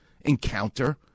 encounter